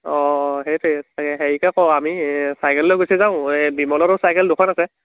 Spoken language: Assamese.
অঁ সেইটোৱে চাগে হেৰিকে কৰো আমি চাইকেল লৈ গুচি যাওঁ এই বিমলহঁতৰো চাইকেল দুখন আছে